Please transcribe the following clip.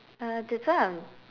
uh that's why I'm